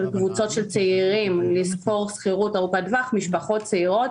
קבוצות של צעירים לשכור שכירות ארוכת טווח משפחות צעירות,